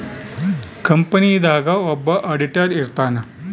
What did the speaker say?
company ದಾಗ ಒಬ್ಬ auditor ಇರ್ತಾನ